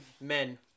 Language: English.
men